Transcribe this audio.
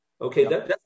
Okay